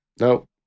no